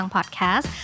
Podcast